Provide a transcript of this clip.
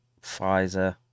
Pfizer